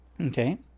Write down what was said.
Okay